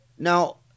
Now